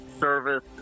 service